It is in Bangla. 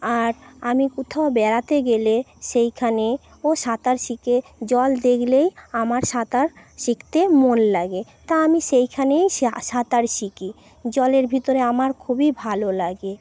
আর আমি কোথাও বেড়াতে গেলে সেইখানেও সাঁতার শিখে জল দেখলেই আমার সাঁতার শিখতে মন লাগে তা আমি সেইখানেই সাঁতার শিখি জলের ভিতরে আমার খুবই ভালো লাগে